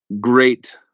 great